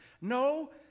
no